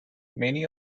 many